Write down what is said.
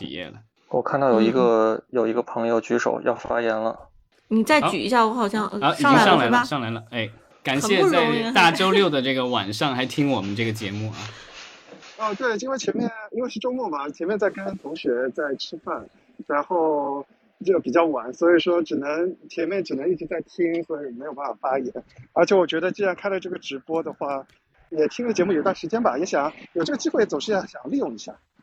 企业了。我看到有一嗯。个- 有一个朋友举手要发言了。你再好。举一下，我好像- 呃，啊，已经上来了上来了，是吧？上来了，哎，感很谢不容在易。 大周六的这个晚上还听我们这个节目啊。哦，对，因为前面- 因为是周末嘛，前面在跟同学在吃饭，然后就比较晚，所以说只能- 前面只能一直在听，所以没有办法发言。而且我觉得既然开了这个直播的话，也听了节目有一段时间吧，也想- 有这个机会总是要想利用一下。